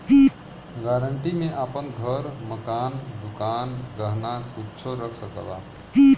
guarantee में आपन घर, मकान, दुकान, गहना कुच्छो रख सकला